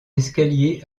escalier